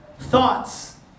Thoughts